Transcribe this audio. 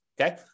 okay